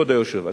כבוד היושב-ראש,